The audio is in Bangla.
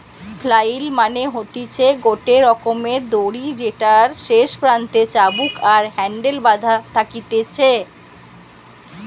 ফ্লাইল মানে হতিছে গটে রকমের দড়ি যেটার শেষ প্রান্তে চাবুক আর হ্যান্ডেল বাধা থাকতিছে